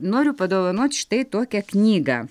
noriu padovanoti štai tokią knygą